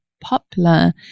popular